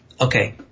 Okay